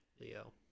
Leo